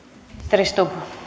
arvoisa rouva puhemies